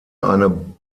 eine